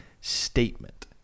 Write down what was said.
statement